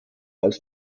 als